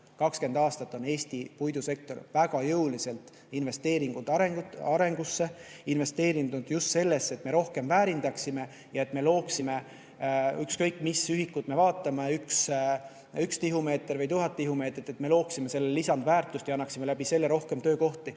20 aastat on Eesti puidusektor väga jõuliselt investeerinud arengusse, investeerinud just sellesse, et me rohkem väärindaksime ja et me looksime – ükskõik mis ühikut me vaatame, 1 tihumeeter või 1000 tihumeetrit – sellele lisandväärtust ja seeläbi rohkem töökohti.